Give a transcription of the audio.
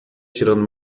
tirando